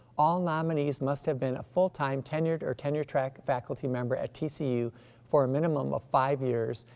all nominees must have been a full-time tenured or tenure track faculty member at tcu for minimum of five years,